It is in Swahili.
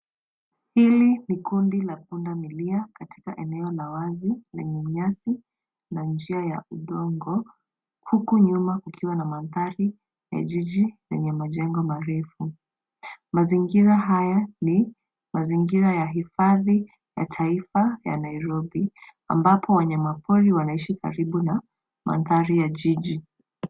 Hili ni kundi la punda milia katika eneo la wazi lenye nyasi na njia ya udongo. Huku nyuma kukiwa na mandhari ya jiji yenye majengo marefu. Mazingira haya ni mazingira ya hifadhi ya taifa ya Nairobi ambapo wanyama pori wanaishi karibu na mandhari ya jiji.